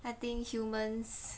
I think humans